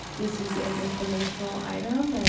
this is an informational item.